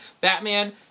Batman